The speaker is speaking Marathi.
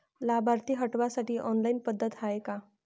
लाभार्थी हटवासाठी ऑनलाईन पद्धत हाय का?